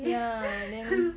ya then